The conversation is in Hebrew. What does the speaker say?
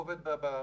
הוא עובד בשטחים